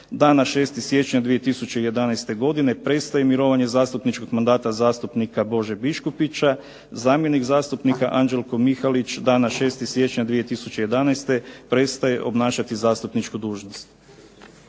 Dana 6. siječnja 2011. godine prestaje mirovanje zastupničkog mandata zastupnika Bože Biškupića. Zamjenik zastupnika Anđelko Mihalić dana 6. siječnja 2011. prestaje obnašati zastupničku dužnost.